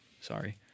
sorry